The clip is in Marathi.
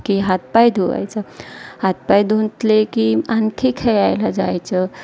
की हातपाय धुवायचं हातपाय धुतले की आणखी खेळायला जायचं